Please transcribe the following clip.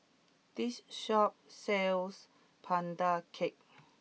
this shop sells pandan cake